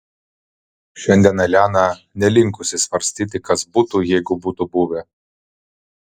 šiandien elena nelinkusi svarstyti kas būtų jeigu būtų buvę